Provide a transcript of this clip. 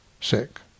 sick